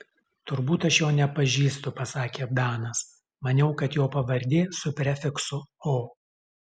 turbūt aš jo nepažįstu pasakė danas maniau kad jo pavardė su prefiksu o